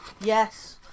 Yes